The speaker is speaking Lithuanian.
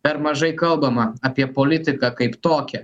per mažai kalbama apie politiką kaip tokią